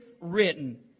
written